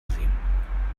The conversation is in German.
sehen